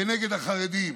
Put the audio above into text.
כנגד החרדים.